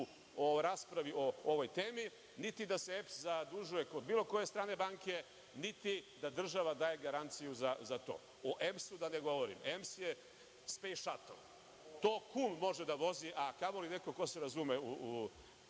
u raspravi o ovoj temi, niti da se EPS zadužuje kod bilo koje strane banke, niti da država daje garanciju za to. O EMS da ne govorim. EMS je spejs šatl, to kum može da vozi, a kamo li neko ko se razume u